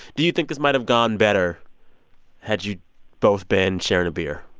do you think this might have gone better had you both been sharing a beer?